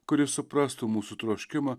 kuris suprastų mūsų troškimą